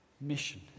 mission